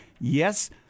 Yes